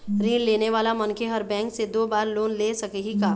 ऋण लेने वाला मनखे हर बैंक से दो बार लोन ले सकही का?